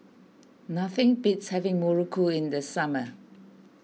nothing beats having Muruku in the summer